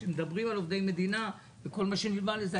כשמדברים על עובדי מדינה וכל מה שנלווה לזה,